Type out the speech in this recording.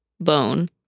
bone